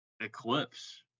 eclipse